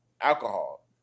Alcohol